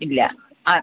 ഇല്ല ആ